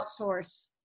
Outsource